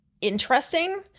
interesting